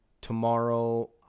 tomorrow